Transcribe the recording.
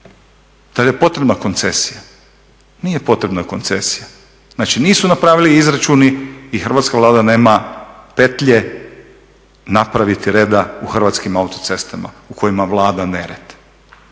tad je potrebna koncesija, nije potrebna koncesija. Znači nisu napravili izračune i Hrvatska vlada nema petlje napraviti reda u Hrvatskim autocestama u kojima vlada nered,